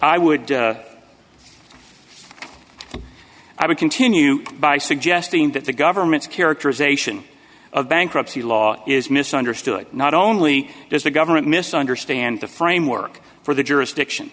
i would i would continue by suggesting that the government's character is ation of bankruptcy law is misunderstood not only does the government misunderstand the framework for the jurisdiction